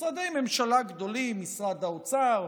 במשרדי ממשלה גדולים, משרד האוצר,